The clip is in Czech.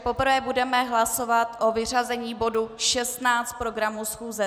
Poprvé budeme hlasovat o vyřazení bodu 16 z programu schůze.